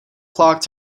clock